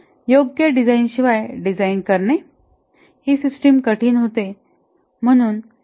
योग्य डिझाइनशिवाय डिझाईन करणे ही सिस्टम कठीण होते